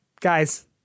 Guys